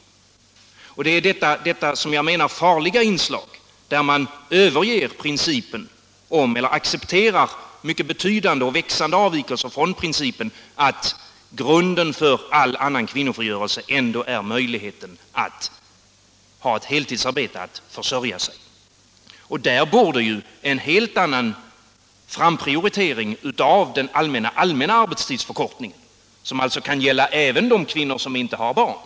Om kvinnofrigörel Det är ett farligt inslag när man överger principen eller accepterar myck — sen et betydande och växande avvikelser från principen att grunden för all annan kvinnofrigörelse ändå är möjligheten att ha ett heltidsarbete, att försörja sig. Där borde ju en helt annan prioritering ske av den allmänna arbetstidsförkortningen, som alltså skall gälla även de kvinnor som inte har barn.